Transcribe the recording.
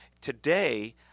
Today